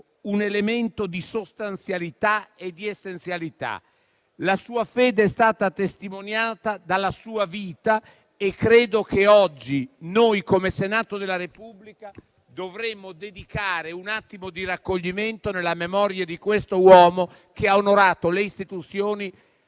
un elemento di sostanzialità e di essenzialità. La sua fede è stata testimoniata dalla sua vita e credo che oggi noi, come Senato della Repubblica, dovremmo dedicare un attimo di raccoglimento alla memoria di questo uomo che ha onorato le istituzioni